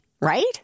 right